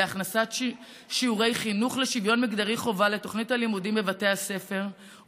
להכנסת שיעורי חינוך לשוויון מגדרי כחובה לתוכנית הלימודים בבתי הספר,